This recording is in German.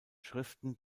schriften